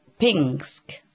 Pinsk